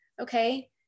Okay